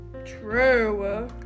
True